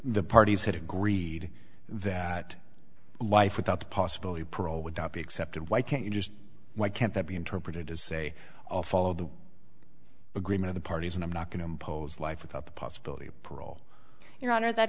the parties have agreed that life without the possibility of parole would not be accepted why can't you just why can't that be interpreted as say all follow the agreement of the parties and i'm not going to impose life without the possibility of parole your honor that